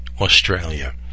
Australia